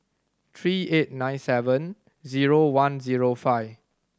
three eight nine seven zero one zero five